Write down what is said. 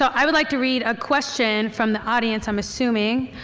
so i would like to read a question from the audience i'm assuming.